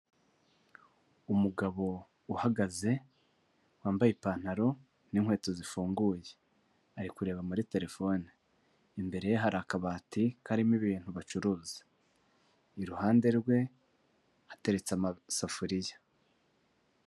Umugabo uhagaze wambaye ipantaro n'inkweto zifunguye ari kureba muri terefone, imbere ye hari akabati karimo ibintu bacuruza, iruhande rwe hateretse amasafuriya.